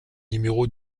numéro